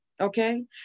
Okay